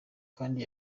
kandi